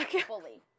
fully